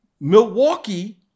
Milwaukee